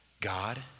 God